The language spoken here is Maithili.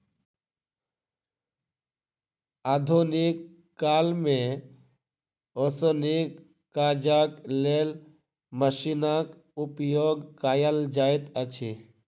आधुनिक काल मे ओसौनीक काजक लेल मशीनक उपयोग कयल जाइत अछि